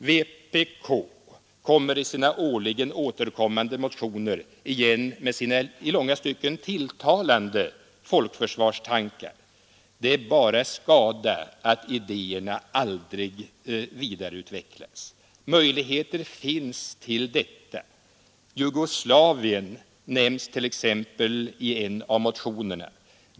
Vpk kommer i sina årligen återkommande motioner igen med sina i långa stycken tilltalande folkförsvarstankar. Det är bara skada att idéerna aldrig vidareutvecklas. Möjligheter finns till detta. Jugoslavien nämns t.ex. i en av motionerna.